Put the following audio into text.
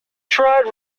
tried